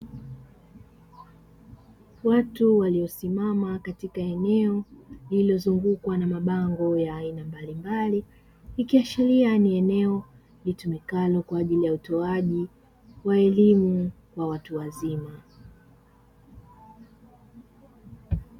Watu waliosimama katika eneo lililozungukwa na mabango ya aina mbalimbali, ikiashiria ni eneo litumikalo kwa ajili ya utoaji wa elimu kwa watu wazima.